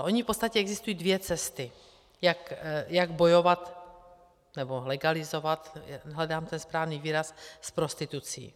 Ony v podstatě existují dvě cesty, jak bojovat nebo legalizovat, hledám ten správný výraz, prostituci.